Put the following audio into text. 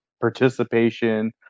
participation